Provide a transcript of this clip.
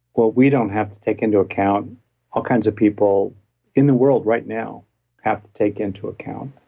well, we don't have to take into account all kinds of people in the world right now have to take into account.